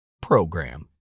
program